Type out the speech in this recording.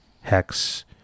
hex